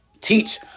teach